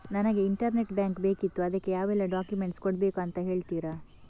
ನನಗೆ internet bank ಬೇಕಿತ್ತು ಅದಕ್ಕೆ ಯಾವೆಲ್ಲಾ ಡಾಕ್ಯುಮೆಂಟ್ಸ್ ಕೊಡ್ಬೇಕು ಅಂತ ಹೇಳ್ತಿರಾ?